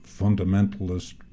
fundamentalist